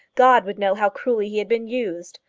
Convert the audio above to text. god would know how cruelly he had been used!